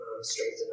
strengthen